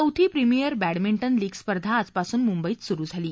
चौथी premier badminton league स्पर्धा आजपासून मुंबईत सुरु झाली आहे